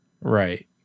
Right